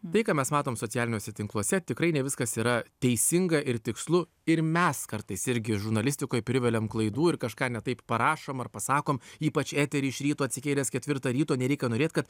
tai ką mes matome socialiniuose tinkluose tikrai ne viskas yra teisinga ir tikslu ir mes kartais irgi žurnalistikoj priveliam klaidų ir kažką ne taip parašom ar pasakom ypač į eterį iš ryto atsikėlęs ketvirtą ryto nereikia norėt kad